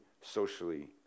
socially